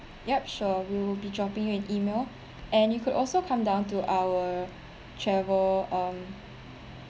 yup sure we will be dropping you an E-mail and you could also come down to our travel um